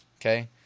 okay